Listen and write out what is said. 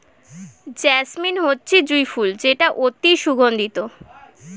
jasmine হচ্ছে জুঁই ফুল যেটা অতি সুগন্ধিত